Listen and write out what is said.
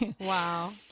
Wow